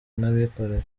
n’abikorera